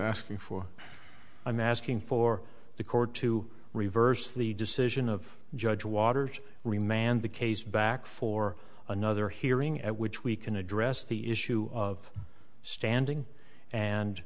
asking for i'm asking for the court to reverse the decision of judge waters remand the case back for another hearing at which we can address the issue of standing and